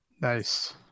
nice